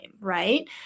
right